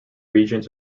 regions